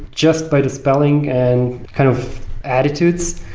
just by the spelling and kind of attitudes.